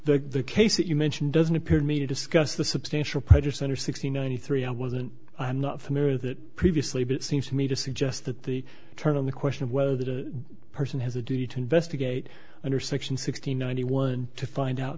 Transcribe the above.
the case that you mentioned doesn't appear to me to discuss the substantial pressure center sixty ninety three i wasn't i'm not familiar that previously but it seems to me to suggest that the turn on the question of whether that person has a duty to investigate under section sixty ninety one to find out